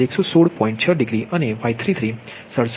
6 degree અનેY33 જે 67